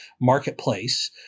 marketplace